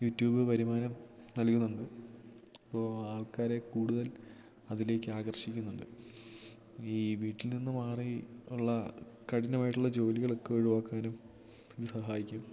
YouTube വരുമാനം നൽകുന്നുണ്ട് അപ്പോൾ ആൾക്കാരെ കൂടുതൽ അതിലേക്ക് ആകർഷിക്കുന്നുണ്ട് ഈ വീട്ടിൽ നിന്നുമാറി ഉള്ള കഠിനമായിട്ടുള്ള ജോലികളൊക്കെ ഒഴിവാക്കാനും ഇത് സഹായിക്കും